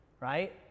right